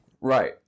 Right